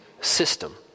system